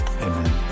amen